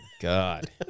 God